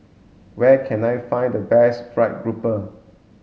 where can I find the best fried grouper